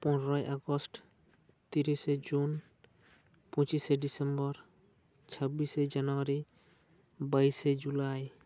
ᱯᱚᱱᱮᱨᱚᱭ ᱟᱜᱚᱥᱴ ᱛᱤᱨᱤᱥᱮ ᱡᱩᱱ ᱯᱚᱪᱤᱥᱮ ᱰᱤᱥᱮᱢᱵᱟᱨ ᱪᱷᱟᱵᱤᱥᱮ ᱡᱟᱱᱣᱟᱨᱤ ᱵᱟᱭᱤᱥᱮ ᱡᱩᱞᱟᱭ